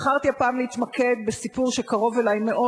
בחרתי הפעם להתמקד בסיפור שקרוב אלי מאוד,